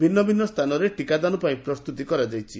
ଭିନ୍ନଭିନୁ ସ୍ଚାନରେ ଟିକାଦାନ ପାଇଁ ପ୍ରସ୍ତୁତି କରାଯାଇଛି